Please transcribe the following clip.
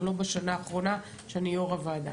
לא בשנה האחרונה שאני יושבת-ראש הוועדה.